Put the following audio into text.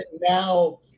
now